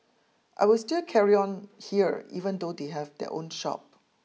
I will still carry on here even though they have their own shop